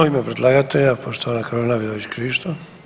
U ime predlagatelja poštovana Karolina Vidović Krišto.